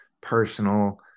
personal